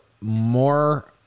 more